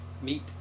meet